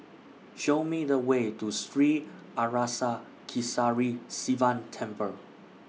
Show Me The Way to Sri Arasakesari Sivan Temple